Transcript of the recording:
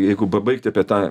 jeigu pabaigti apie tą